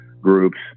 groups